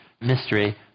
mystery